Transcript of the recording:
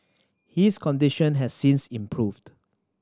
his condition has since improved